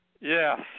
Yes